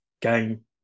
game